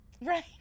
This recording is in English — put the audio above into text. Right